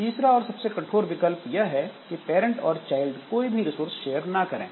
तीसरा और सबसे कठोर विकल्प यह है कि पैरेंट और चाइल्ड कोई भी रिसोर्स शेयर ना करें